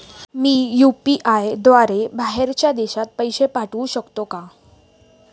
मी UPI द्वारे बाहेरच्या देशात पैसे पाठवू शकतो का?